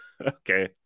okay